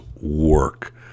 work